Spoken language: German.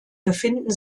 befinden